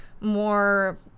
more